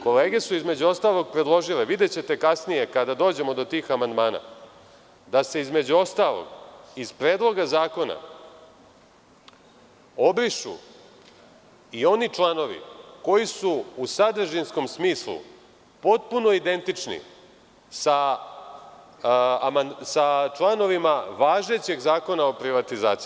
Kolege su, između ostalog, predložile, videćete kasnije kada dođemo do tih amandman, da se iz Predloga zakona obrišu i oni članovi koji su u sadržinskom smislu potpuno identični sa članovima važećeg Zakona o privatizaciji.